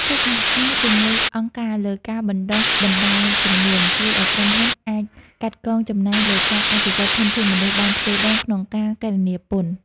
កិច្ចសហការជាមួយអង្គការលើការបណ្ដុះបណ្ដាលជំនាញ ជួយឱ្យក្រុមហ៊ុនអាចកាត់កងចំណាយលើការអភិវឌ្ឍធនធានមនុស្សបានទ្វេដងក្នុងការគណនាពន្ធ។